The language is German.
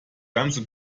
ganze